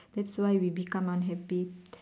that's why we become unhappy